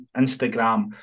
Instagram